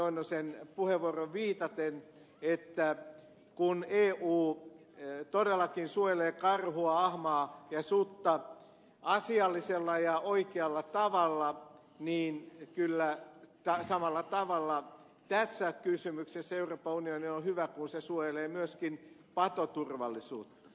lauri oinosen puheenvuoroon viitaten että kun eu todellakin suojelee karhua ahmaa ja sutta asiallisella ja oikealla tavalla niin kyllä samalla tavalla tässä kysymyksessä euroopan unioni on hyvä kun se suojelee myöskin patoturvallisuutta